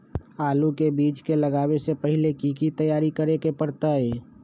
आलू के बीज के लगाबे से पहिले की की तैयारी करे के परतई?